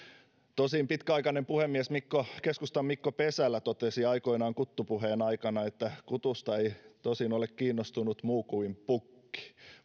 tosin pitkäaikainen puhemies keskustan mikko pesälä totesi aikoinaan kuttupuheen aikana että kutusta ei tosin ole kiinnostunut muu kuin pukki